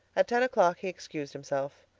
at ten o'clock he excused himself.